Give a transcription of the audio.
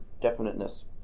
definiteness